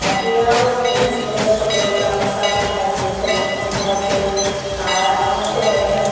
ইহঁতে আৰু সতিনীকেইজনীয়ে সবেই গামোচা পিন্ধাইছে চেলেং পিন্ধাইছে তাই আৰু মানে